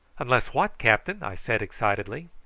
unless what, captain? i said excitedly.